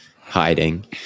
hiding